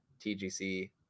TGC